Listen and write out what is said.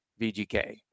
VGK